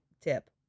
tip